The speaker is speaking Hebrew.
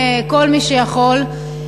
כל מי שיכול,